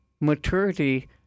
maturity